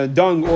dung